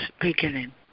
beginning